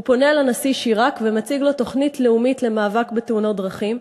הוא פונה לנשיא שיראק ומציג לו תוכנית לאומית למאבק בתאונות דרכים.